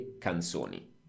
canzoni